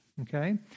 Okay